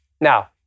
Now